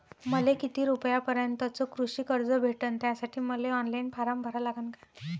मले किती रूपयापर्यंतचं कृषी कर्ज भेटन, त्यासाठी मले ऑनलाईन फारम भरा लागन का?